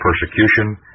persecution